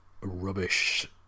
rubbish